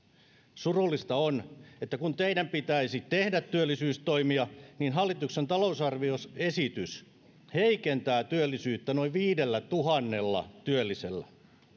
surullista on että kun teidän pitäisi tehdä työllisyystoimia niin hallituksen talousarvioesitys heikentää työllisyyttä noin viidellätuhannella työllisellä